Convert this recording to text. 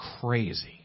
crazy